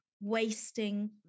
wasting